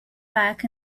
back